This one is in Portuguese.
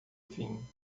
vinho